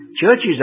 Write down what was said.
churches